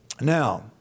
Now